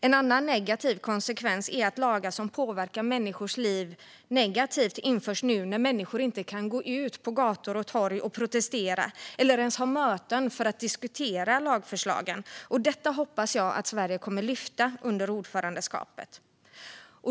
En annan negativ konsekvens är att lagar som påverkar människors liv negativt införs nu när människor inte kan gå ut på gator och torg och protestera eller ens ha möten för att diskutera lagförslagen. Detta hoppas jag att Sverige kommer att ta upp under ordförandeskapet.